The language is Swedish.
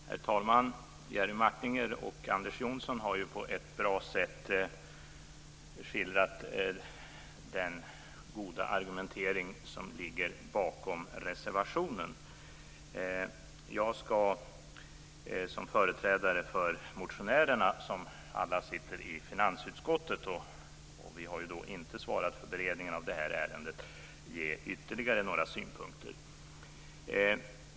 Herr talman! Jerry Martinger och Anders Johnson har på ett bra sätt skildrat den goda argumentering som ligger bakom reservationen. Jag skall som företrädare för motionärerna, som alla sitter i finansutskottet och som inte svarat för beredningen av ärendet, ge ytterligare några synpunkter.